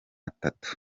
atatu